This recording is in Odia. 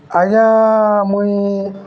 ଆଜ୍ଞା ମୁଇଁ